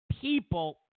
people